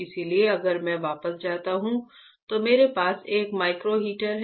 इसलिए अगर मैं वापस जाता हूं तो मेरे पास एक माइक्रो हीटर है